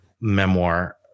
memoir